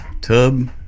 Tub